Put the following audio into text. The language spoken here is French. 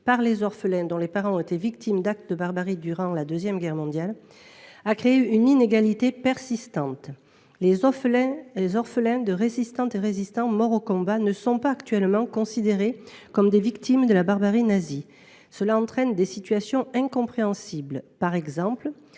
par les orphelins dont les parents ont été victimes d’actes de barbarie durant la Seconde Guerre mondiale, a créé une inégalité persistante. Les orphelins de résistants et résistantes morts au combat ne sont pas actuellement considérés comme des victimes de la barbarie nazie. Cela entraîne des situations incompréhensibles. Par exemple,